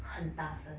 很大声